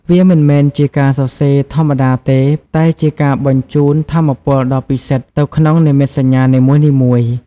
វាមិនមែនជាការសរសេរធម្មតាទេ តែជាការបញ្ជូនថាមពលដ៏ពិសិដ្ឋទៅក្នុងនិមិត្តសញ្ញានីមួយៗ